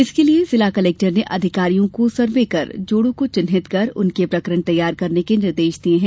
इसके लिये जिला कलेक्टर ने अधिकारियों को सर्वे कर जोड़ों को चिन्हित कर उनके प्रकरण तैयार करने के निर्देश दिये हैं